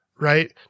right